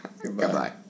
Goodbye